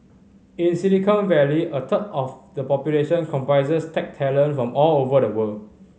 in Silicon Valley a third of the population comprises tech talent from all over the world